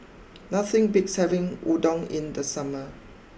nothing beats having Udon in the summer